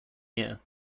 year